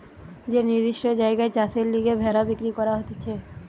যে নির্দিষ্ট জায়গায় চাষের লিগে ভেড়া বিক্রি করা হতিছে